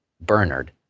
Bernard